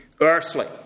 earthly